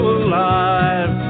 alive